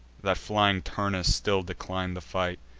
that flying turnus still declin'd the fight,